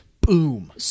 Boom